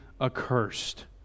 accursed